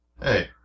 Hey